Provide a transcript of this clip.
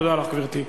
תודה לך, גברתי.